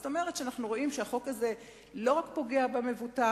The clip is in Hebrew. זאת אומרת שאנחנו רואים שהחוק הזה לא רק פוגע במבוטח,